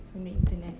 from the internet